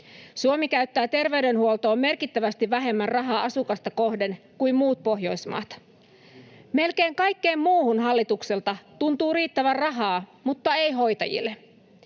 Suomi käyttää terveydenhuoltoon merkittävästi vähemmän rahaa asukasta kohden kuin muut Pohjoismaat. Melkein kaikkeen muuhun hallitukselta tuntuu riittävän rahaa, mutta ei hoitajille.